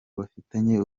bafitanye